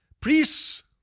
Priests